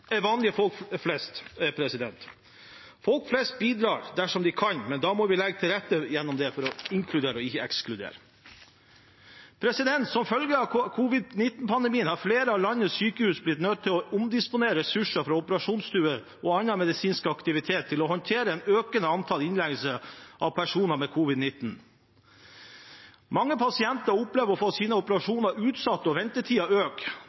bidrar dersom de kan, men da må vi legge til rette for det gjennom å inkludere, ikke å ekskludere. Som følge av covid-19-pandemien har flere av landets sykehus blitt nødt til å omdisponere ressurser fra operasjonsstuer og annen medisinsk aktivitet til å håndtere et økende antall innleggelser av personer med covid-19. Mange pasienter opplever å få sine operasjoner utsatt, og ventetidene øker,